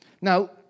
Now